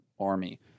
army